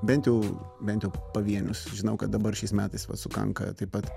bent jau bent jau pavienius žinau kad dabar šiais metais vat sukanka taip pat